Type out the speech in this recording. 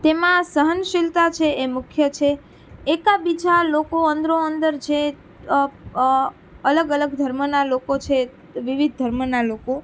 તેમાં સહનશીલતા છે એ મુખ્ય છે એકબીજા લોકો અંદરો અંદર જે અલગ અલગ ધર્મના લોકો છે વિવિધ ધર્મના લોકો